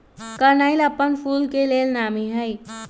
कनइल अप्पन फूल के लेल नामी हइ